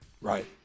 right